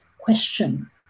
question